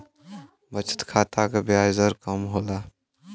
बचत खाता क ब्याज दर कम होला